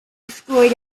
destroyed